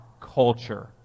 culture